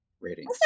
ratings